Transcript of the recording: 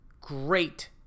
great